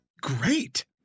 great